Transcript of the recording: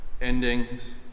endings